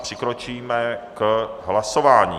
Přikročíme k hlasování.